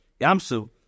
yamsu